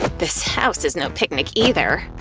this house is no picnic either.